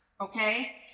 okay